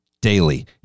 daily